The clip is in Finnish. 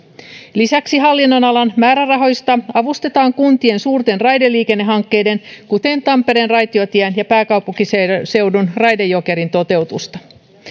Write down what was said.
lisäksi hallinnonalan määrärahoista avustetaan kuntien suurten raideliikennehankkeiden kuten tampereen raitiotien ja pääkaupunkiseudun raide jokerin toteutusta